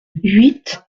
huit